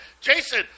Jason